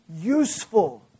useful